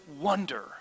wonder